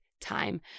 time